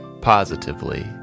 positively